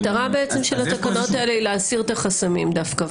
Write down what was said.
המטרה בעצם של התקנות האלה היא להסיר את החסמים דווקא.